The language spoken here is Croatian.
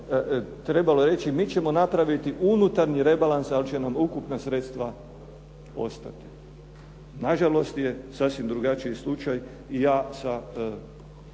trebalo reći mi ćemo napraviti unutarnji rebalans, ali će nam ukupna sredstva ostati. Nažalost je sasvim drugačiji slučaj i ja sa